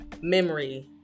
memory